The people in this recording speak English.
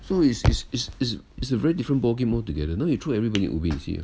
so is is is is is a very different ball game altogether now you throw everybodyin ubin you see uh